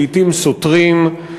לעתים סותרים.